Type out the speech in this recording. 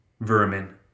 Vermin